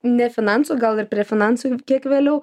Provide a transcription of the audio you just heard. ne finansų gal ir prie finansų kiek vėliau